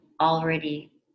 already